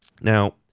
Now